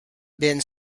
been